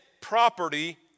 property